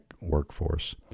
workforce